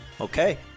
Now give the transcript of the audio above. Okay